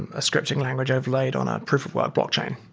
and a scripting language overlaid on a proof of work blockchain.